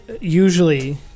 usually